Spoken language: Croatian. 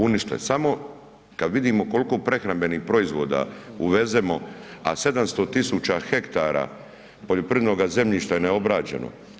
Uništile, samo kad vidimo koliko prehrambenih proizvoda uvezemo, a 700.000 hektara poljoprivrednoga zemljišta je neobrađeno.